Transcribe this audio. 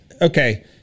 okay